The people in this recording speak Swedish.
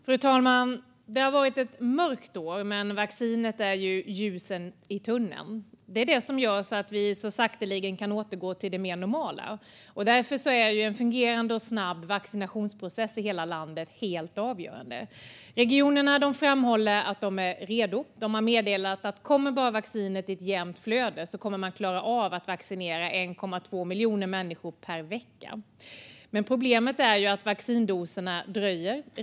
Fru talman! Det har varit ett mörkt år, men vaccinet är ju ljuset i tunneln. Det är detta som gör att vi så sakteliga kan återgå till det mer normala. Därför är en fungerande och snabb vaccinationsprocess i hela landet helt avgörande. Regionerna framhåller att de är redo. De har meddelat att de kommer att klara av att vaccinera 1,2 miljoner människor per vecka om bara vaccinet kommer i ett jämnt flöde. Problemet är att vaccindoserna dröjer.